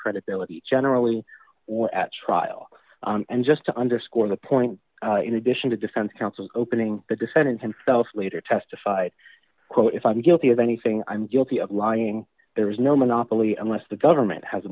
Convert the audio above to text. credibility generally or at trial and just to underscore the point in addition to defense counsel opening the defendants and stuff later testified quote if i'm guilty of anything i'm guilty of lying there is no monopoly unless the government has a